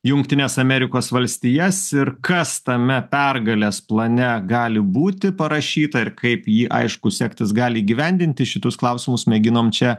jungtines amerikos valstijas ir kas tame pergalės plane gali būti parašyta ir kaip jį aišku sektis gali įgyvendinti šitus klausimus mėginom čia